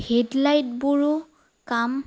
হেডলাইটবোৰো কাম